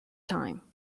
time